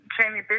Jamie